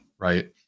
right